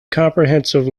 comprehensive